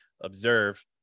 observe